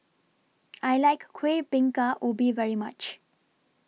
I like Kuih Bingka Ubi very much